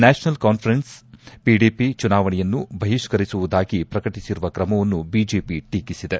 national conference PDP ಚುನಾವಣೆಯನ್ನು ಬಹಿಷ್ಕರಿಸುವುದಾಗಿ ಪ್ರಕಟಿಸಿರುವ ಕ್ರಮವನ್ನು ಬಿಜೆಪಿ ಟೀಕಿಸಿದೆ